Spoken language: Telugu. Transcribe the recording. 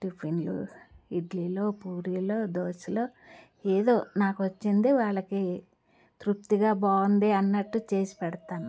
టిఫిన్లు ఇడ్లీలో పూరీలో దోశలో ఏదో నాకొచ్చిందో వాళ్ళకి తృప్తిగా బావుంది అన్నట్టు చేసి పెడతాను